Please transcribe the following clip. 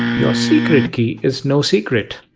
your secret key is no secret!